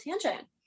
tangent